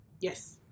yes